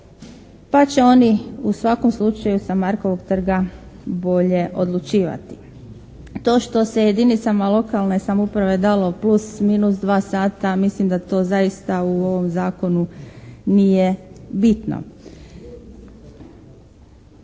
pa će oni u svakom slučaju sa Markovog trga bolje odlučivati. To što se jedinicama lokalne samouprave dalo plus, minus dva sata, mislim da to zaista u ovom zakonu nije bitno.